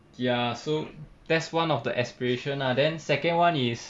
ya so that's one of the aspiration lah then second [one] is